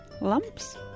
lumps